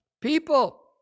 people